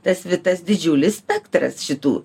tas vi tas didžiulis spektras šitų